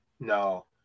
No